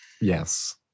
Yes